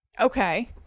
Okay